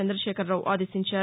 చంద్రశేఖరరావు ఆదేశించారు